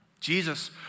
Jesus